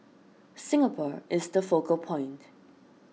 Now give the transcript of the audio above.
Singapore is the focal point